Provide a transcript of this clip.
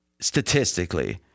statistically